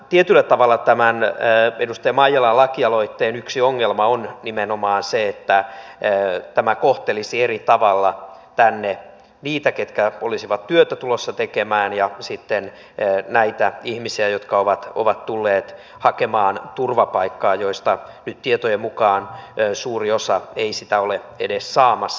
tietyllä tavalla tämän edustaja maijalan lakialoitteen yksi ongelma on nimenomaan se että tämä kohtelisi eri tavalla niitä ketkä olisivat työtä tulossa tekemään ja sitten näitä ihmisiä jotka ovat tulleet hakemaan turvapaikkaa ja joista nyt tietojen mukaan suuri osa ei sitä ole edes saamassa